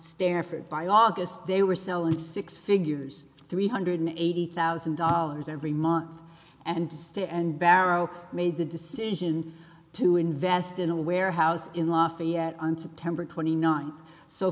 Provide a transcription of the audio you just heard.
by august they were selling six figures three hundred eighty thousand dollars every month and stay and barrow made the decision to invest in a warehouse in lafayette on september twenty ninth so